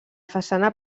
façana